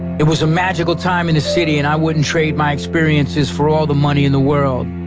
it was a magical time in the city and i wouldn't trade my experiences for all the money in the world.